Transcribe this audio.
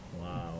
Wow